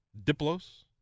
Diplos